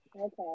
Okay